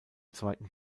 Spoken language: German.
zweiten